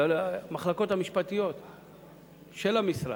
המחלקות המשפטיות של המשרד,